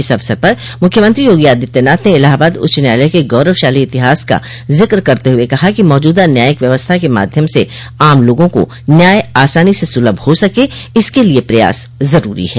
इस अवसर पर मुख्यमंत्री योगी आदित्यनाथ ने इलाहाबाद उच्च न्यायालय के गौरवशाली इतिहास का जिक्र करते हुए कहा कि मौजूदा न्यायिक व्यवस्था के माध्यम से आम लोगों को न्याय आसानी से सुलभ हो सके इसके लिए प्रयास जरूरी है